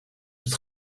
het